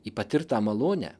į patirtą malonę